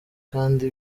kandi